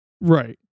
Right